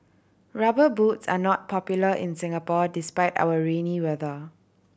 Rubber Boots are not popular in Singapore despite our rainy weather